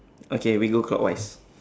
okay we go clockwise